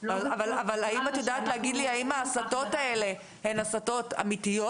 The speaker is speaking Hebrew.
את יודעת להגיד לי האם ההסתות האלה הן אמיתיות,